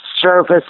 service